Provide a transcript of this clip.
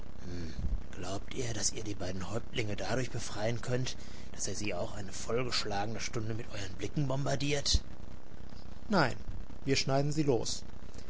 glaubt ihr daß ihr die beiden häuptlinge dadurch befreien könnt daß ihr sie auch eine voll geschlagene stunde mit euern blicken bombardiert nein wir schneiden sie los